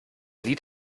lied